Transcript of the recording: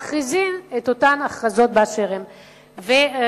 מכריזים את אותן הכרזות באשר הן.